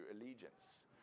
allegiance